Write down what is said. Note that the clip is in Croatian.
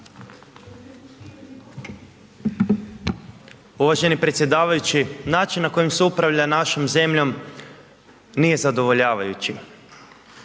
Uvaženi predsjedavajući način na koji se upravlja našom zemljom nije zadovoljavajući,